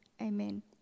amen